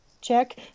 check